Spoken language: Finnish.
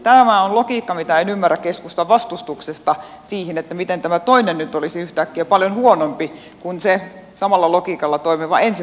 tämä on logiikka mitä en ymmärrä keskustan vastustuksesta siihen miten tämä toinen nyt olisi yhtäkkiä paljon huonompi kuin se samalla logiikalla toimiva ensimmäinen kasvurahasto